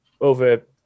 over